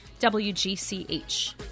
WGCH